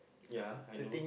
ya I know